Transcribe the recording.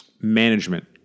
management